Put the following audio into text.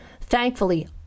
Thankfully